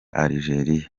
algeria